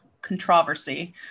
controversy